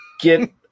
Get